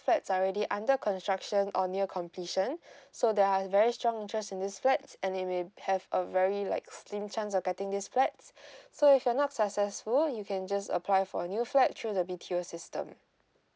flats are already under construction or near completion so there are very strong interest in this flats and they may have a very like slim chance of getting this flats so if you're not successful you can just apply for a new flat through the B_T_O system